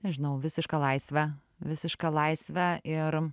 nežinau visišką laisvę visišką laisvę ir